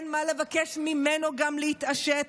גם אין מה לבקש ממנו להתעשת,